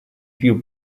più